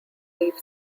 leaf